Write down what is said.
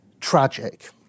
tragic